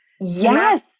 Yes